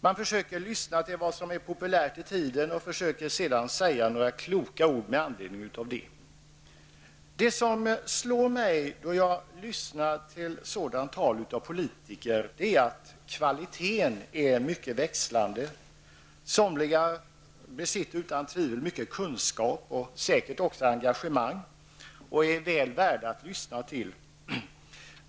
Man försöker lyssna på vad som är populärt i tiden och sedan säga några kloka ord med anledning av det. Det som slår mig när jag lyssnar på sådant tal av politiker är att kvaliten är mycket växlande. Somliga besitter utan tvivel mycket kunskap och säkert också engagemang och är väl allt värda att lyssna till.